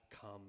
come